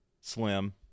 Slim